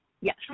Yes